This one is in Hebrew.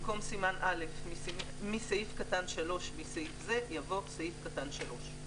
במקום "סימן (א) מסעיף-קטן (3) מסעיף זה" יבוא "סעיף קטן (3)".